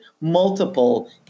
Multiple